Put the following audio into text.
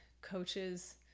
coaches